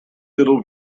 little